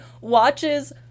watches